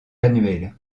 annuelle